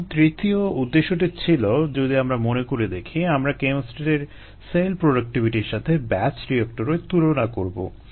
এখন তৃতীয় উদ্দেশ্যটি ছিল যদি আমরা মনে করে দেখি আমরা কেমোস্ট্যাটের সেল প্রোডাক্টিভিটির সাথে ব্যাচ রিয়েক্টরের তুলনা করবো